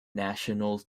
national